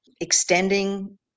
extending